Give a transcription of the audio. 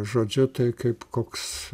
žodžiu tai kaip koks